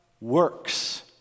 Works